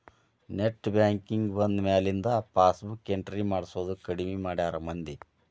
net banking ಬಂದ್ಮ್ಯಾಲಿಂದ passbook entry ಮಾಡ್ಸೋದ್ ಕಡ್ಮಿ ಮಾಡ್ಯಾರ ಮಂದಿ